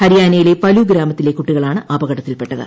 ഹരിയാനയിലെ പലു ഗ്രാമത്തിലെ കുട്ടികളാണ് അപകടത്തിൽപെട്ടത്